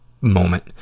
moment